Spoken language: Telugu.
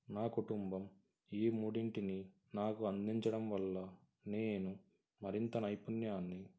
నా కుటుంబం ఈ మూడింటిని నాకు అందించడం వల్ల నేను మరింత నైపుణ్యాన్ని